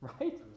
right